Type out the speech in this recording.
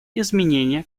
изменения